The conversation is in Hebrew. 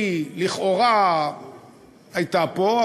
היא לכאורה הייתה פה,